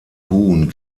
huhn